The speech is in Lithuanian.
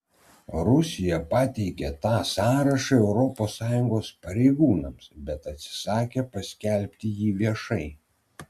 rusija pateikė tą sąrašą europos sąjungos pareigūnams bet atsisakė paskelbti jį viešai